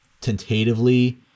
tentatively